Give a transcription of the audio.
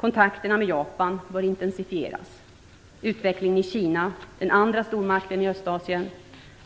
Kontakterna med Japan bör intensifieras. Utvecklingen i Kina, den andra stormakten i Östasien,